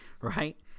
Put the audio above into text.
right